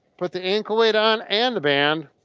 put the ankle weight on and the band